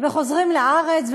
וחוזרים לארץ,